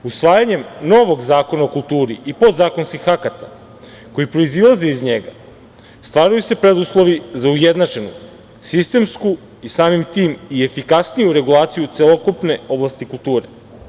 Usvajanjem novog Zakona o kulturi i podzakonskih akata koji proizilaze iz njega stvaraju se preduslovi za ujednačenu sistemsku i samim tim efikasniju regulaciju celokupne oblasti kulture.